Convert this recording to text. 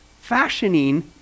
fashioning